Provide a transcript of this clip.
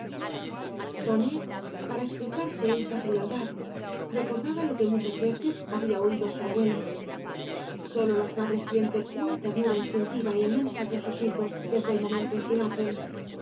tonet para explicarse esta frialdad recordaba lo que muchas veces había oído á su abuelo sólo las madres sienten una ternura instintiva é inmensa por sus hijos desde el momento que nacen